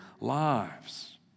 lives